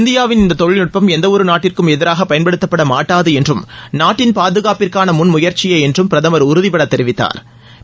இந்தியாவின் இந்த தொழில்நட்பம் எந்தவொரு நாட்டிற்கும் எதிராக பயன்படுத்தப்பட மாட்டாது என்றும் நாட்டின் பாதுகாப்பிற்கான முன்முயற்சியே என்றும் பிரதமா் உறுதிப்பட தெரிவித்தாா்